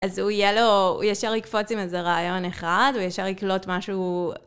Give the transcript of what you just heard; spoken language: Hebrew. אז הוא יהיה לו, הוא ישר יקפוץ עם איזה רעיון אחד, הוא ישר יקלוט משהו...